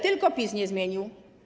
Tylko PiS nie zmienił.